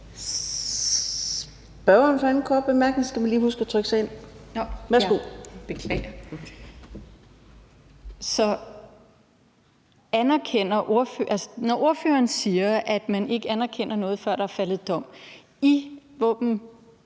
Så ordføreren siger, at man ikke anerkender noget, før der er faldet dom. I